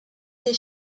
des